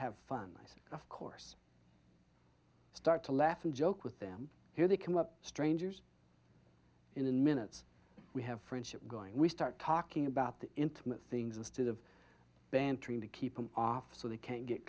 have fun eyes of course start to laugh and joke with them here they come up strangers in minutes we have friendship going we start talking about the intimate things instead of bantering to keep them off so they can get